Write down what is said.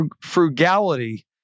frugality